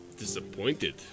disappointed